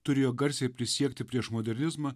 turėjo garsiai prisiekti prieš modernizmą